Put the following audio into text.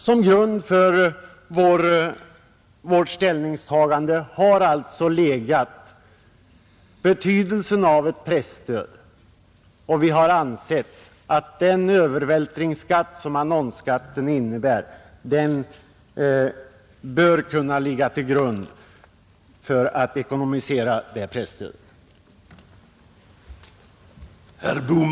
Utgångspunkten för centerns ställningstagande har alltså varit betydelsen av ett presstöd, och vi har ansett att den övervältringsskatt som annonsskatten innebär bör kunna ligga till grund för att ekonomisera det presstödet.